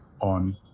on